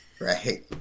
right